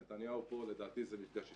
לנתניהו פה 'לדעתי זה מפגש הסטורי'.